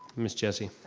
ms. jessie.